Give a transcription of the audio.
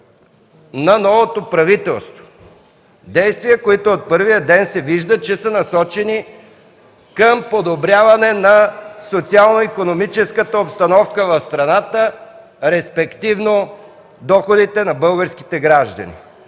на новото правителство, които от първия ден се вижда, че са насочени към подобряване на социално-икономическата обстановка в страната, респективно доходите на българските граждани.